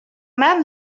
man